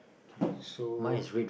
K so